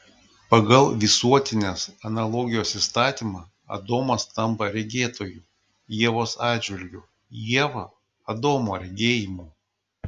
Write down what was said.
pagal visuotinės analogijos įstatymą adomas tampa regėtoju ievos atžvilgiu ieva adomo regėjimu